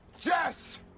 Jess